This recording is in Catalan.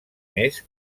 més